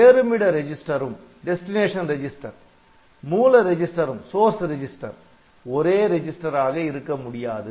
சேருமிட ரெஜிஸ்டரும் மூல ரெஜிஸ்டரும் ஒரே ரிஜிஸ்டர் ஆக இருக்க முடியாது